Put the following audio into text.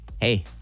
Hey